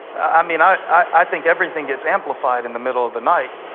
i mean i think everything gets amplified in the middle of the night.